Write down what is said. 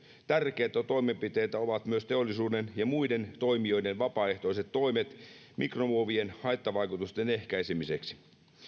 tärkeitä toimenpiteitä ovat myös teollisuuden ja muiden toimijoiden vapaaehtoiset toimet mikromuovien haittavaikutusten ehkäisemiseksi